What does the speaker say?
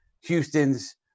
Houston's